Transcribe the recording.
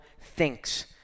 thinks